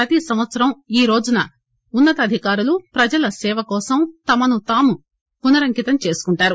ప్రతి సంవత్సరం ఈరోజున ఉన్న తాధికారులు ప్రజల సేవ కోసం తమనుతాము పునరంకితం చేసుకుంటారు